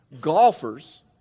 golfers